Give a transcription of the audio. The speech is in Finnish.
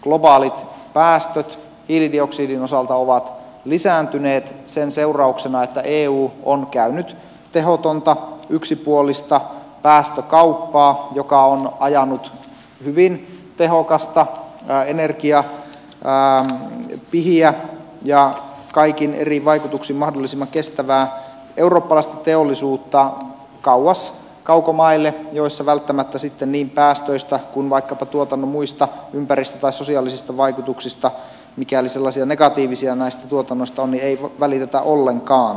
globaalit päästöt hiilidioksidin osalta ovat lisääntyneet sen seurauksena että eu on käynyt tehotonta yksipuolista päästökauppaa joka on ajanut hyvin tehokasta energiapihiä ja kaikin eri vaikutuksin mahdollisimman kestävää eurooppalaista teollisuutta kauas kaukomaille joissa välttämättä sitten ei päästöistä eikä vaikkapa tuotannon muista ympäristö tai sosiaalisista vaikutuksista mikäli sellaisia negatiivisia näistä tuotannoista on välitetä ollenkaan